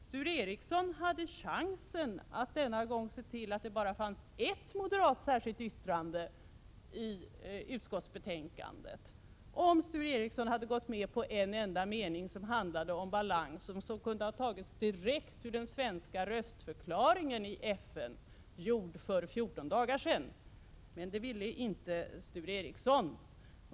Sture Ericson hade chansen att denna gång se till att det bara fanns ett moderat särskilt yttrande i utskottsbetänkandet genom att gå med på en enda mening som handlade om balansen och som kunde ha tagits direkt ur den svenska röstförklaringen i FN, gjord för 14 dagar sedan. Men det ville inte Sture Ericson.